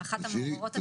כל כך מעוררת השראה.